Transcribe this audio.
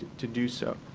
to do so?